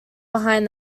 behind